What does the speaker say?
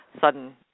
sudden